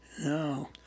No